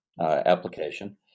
application